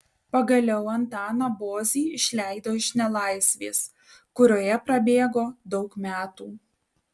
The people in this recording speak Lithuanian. pagaliau antaną bozį išleido iš nelaisvės kurioje prabėgo daug metų